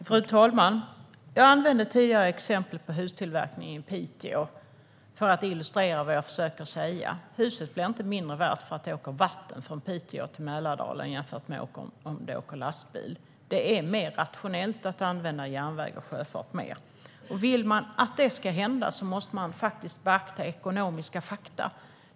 Fru talman! Jag tog tidigare upp exemplet om hustillverkningen i Piteå för att illustrera vad jag försöker att säga. Huset blir inte mindre värt för att det transporteras på vatten från Piteå till Mälardalen jämfört med om det transporteras på lastbil. Det är mer rationellt att öka användandet av järnväg och sjöfart. Vill man att det ska bli så måste man faktiskt beakta ekonomiska fakta.